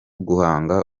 guhanga